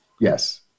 Yes